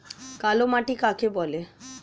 কালোমাটি কাকে বলে?